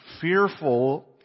fearful